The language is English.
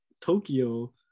tokyo